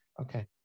Okay